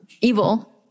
evil